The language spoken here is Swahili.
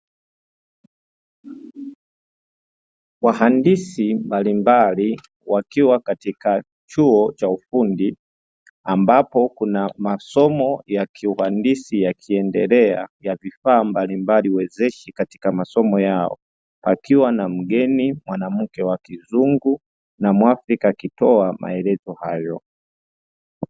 Wahandisi mbalimbali, wakiwa katika chuo cha ufundi, ambapo kuna masomo ya kiuhandisi yakiendelea ya vifaa mbalimbali wezeshi katika masomo yao, wakiwa na mgeni mwanamke wa Kizungu na Mwafrika, akitoa maelezo hayo.